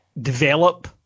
develop